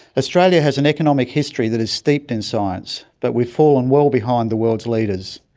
australia has an economic history that is steeped in science, but we've fallen well behind the world's leaders.